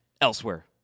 elsewhere